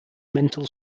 mental